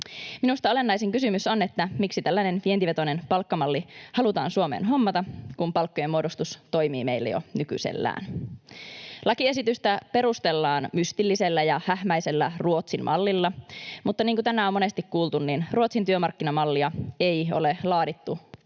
Minusta olennaisin kysymys on, miksi tällainen vientivetoinen palkkamalli halutaan Suomeen hommata, kun palkkojen muodostus toimii meillä jo nykyisellään. Lakiesitystä perustellaan mystillisellä ja hähmäisellä Ruotsin mallilla, mutta niin kuin tänään on monesti kuultu, niin Ruotsin työmarkkinamallia ei ole laadittu